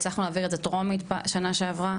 הצלחנו להעביר את זה טרומית בשנה שעברה